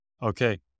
Okay